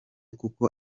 kuko